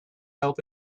help